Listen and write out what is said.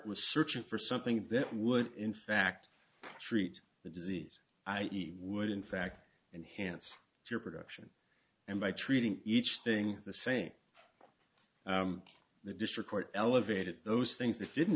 was searching for something that would in fact treat the disease i even would in fact inhance your production and by treating each thing the same the district court elevated those things that didn't